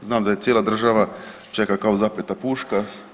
Znam da cijela država čeka kao zapeta puška.